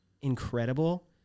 incredible